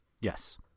Yes